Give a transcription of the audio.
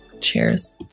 Cheers